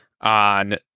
on